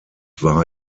war